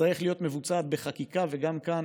תצטרך להיות מבוצעת בחקיקה, וגם כאן